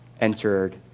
entered